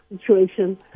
situation